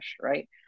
right